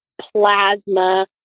plasma